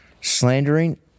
slandering